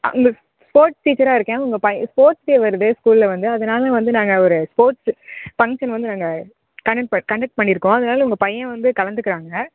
உங்கள் ஸ்போர்ட்ஸ் டீச்சராக இருக்கேன் உங்கள் பையன் ஸ்போர்ட்ஸ் டே வருது ஸ்கூலில் வந்து அதனால வந்து நாங்கள் ஒரு ஸ்போர்ட்ஸ் பங்ஷன் வந்து நாங்கள் கன்டெக்ட் கன்டெக்ட் பண்ணியிருக்கோம் அதனால உங்கள் பையன் வந்து கலந்துக்கிறாங்க